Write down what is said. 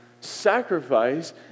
Sacrifice